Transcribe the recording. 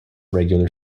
regular